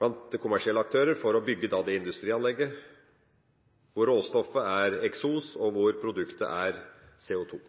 blant kommersielle aktører for å bygge industrianlegget. Råstoffet er eksos og produktet er CO2.